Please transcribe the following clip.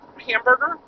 hamburger